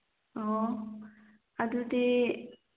ꯑꯣ ꯑꯗꯨꯗꯤ